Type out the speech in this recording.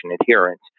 adherence